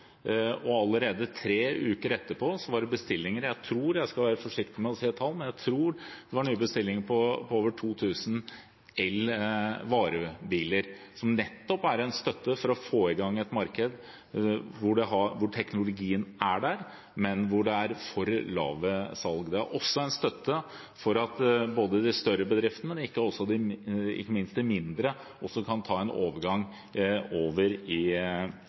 og allerede tre uker etterpå var det bestillinger. Jeg skal være forsiktig med å si tall, men jeg tror det var bestillinger på over 2 000 elvarebiler, som nettopp er en støtte for å få i gang et marked hvor teknologien er der, men hvor det er for lave salg. Det er også en støtte for at både de større bedriftene og, ikke minst, de mindre kan ta en overgang over i